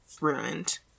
ruined